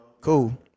Cool